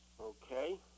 Okay